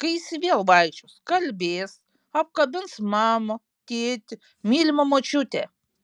kai jis vėl vaikščios kalbės apkabins mamą tėtį mylimą močiutę